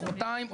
מחרתיים,